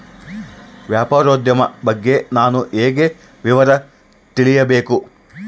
ವ್ಯಾಪಾರೋದ್ಯಮ ಬಗ್ಗೆ ನಾನು ಹೇಗೆ ವಿವರ ತಿಳಿಯಬೇಕು?